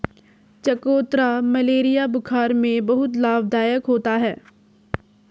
चकोतरा मलेरिया बुखार में बहुत लाभदायक होता है